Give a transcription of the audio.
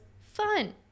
fun